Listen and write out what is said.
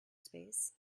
space